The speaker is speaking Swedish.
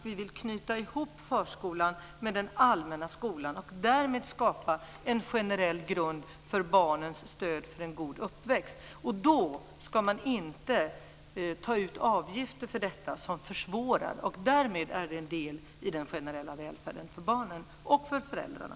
Vi vill knyta ihop förskolan med den allmänna skolan och därmed skapa en generell grund till stöd för en god uppväxt för barnen. Då ska man inte ta ut avgifter för detta som försvårar. Därmed är det här en del av den generella välfärden för barnen, och för föräldrarna.